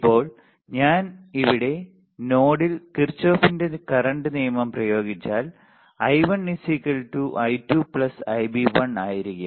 ഇപ്പോൾ ഞാൻ ഇവിടെ നോഡിൽ കിർചോഫിന്റെ കറൻറ് നിയമം പ്രയോഗിച്ചാൽ I1 I2 Ib1 ആയിരിക്കും